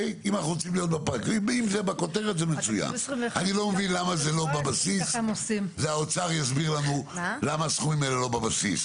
אני לא מבין למה זה לא בבסיס והאוצר יסביר לנו למה זה לא בבסיס.